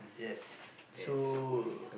yes so